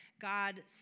God